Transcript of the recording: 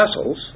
vessels